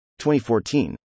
2014